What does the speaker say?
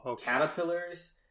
caterpillars